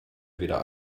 weder